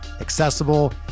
accessible